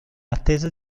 attesa